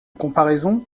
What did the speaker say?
comparaison